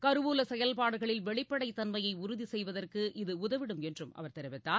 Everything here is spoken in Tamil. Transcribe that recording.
கருவூல செயல்பாடுகளில் வெளிப்படைத் தன்மையை உறுதி செய்வதற்கு இது உதவிடும் என்றும் அவர் தெரிவித்தார்